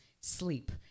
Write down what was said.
sleep